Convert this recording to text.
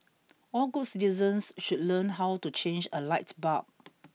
all good citizens should learn how to change a light bulb